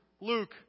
Luke